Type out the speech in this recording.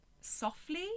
softly